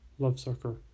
lovesucker